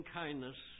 kindness